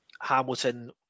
Hamilton